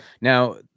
Now